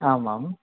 आम् आम्